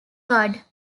card